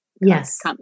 Yes